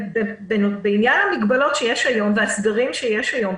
בשל המגבלות והסגרים שיש היום,